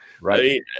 right